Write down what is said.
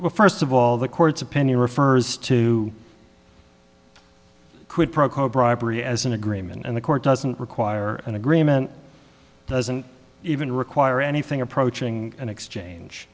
well first of all the court's opinion refers to quid pro quo bribery as an agreement and the court doesn't require an agreement doesn't even require anything approaching an exchange